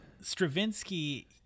Stravinsky